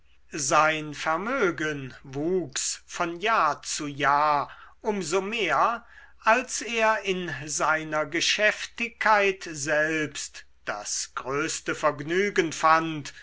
sein vermögen wuchs von jahr zu jahr um so mehr als er in seiner geschäftigkeit selbst das größte vergnügen fand